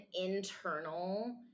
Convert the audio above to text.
internal